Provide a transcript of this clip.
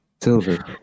Silver